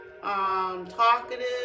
talkative